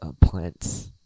plants